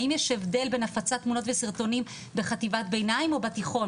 האם יש הבדל בין הפצת תמונות וסרטונים בחטיבת ביניים או בתיכון,